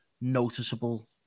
noticeable